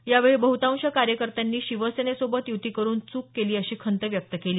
यावेळी बह्तांश कार्यकर्त्यानी शिवसेनेसोबत यूती करून चूक केली अशी खंत व्यक्त केली